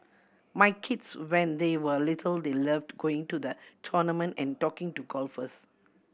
my kids when they were little they loved going to the tournament and talking to golfers